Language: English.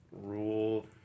Rule